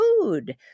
food